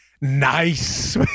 Nice